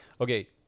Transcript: Okay